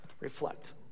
reflect